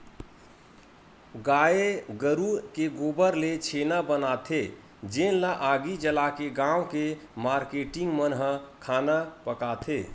गाये गरूय के गोबर ले छेना बनाथे जेन ल आगी जलाके गाँव के मारकेटिंग मन ह खाना पकाथे